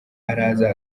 araza